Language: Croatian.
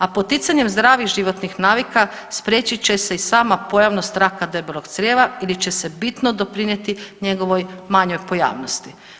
A poticanjem zdravih životnih navika spriječit će se i sama pojavnost raka debelog crijeva ili će se bitno doprinijeti njegovoj manjoj pojavnosti.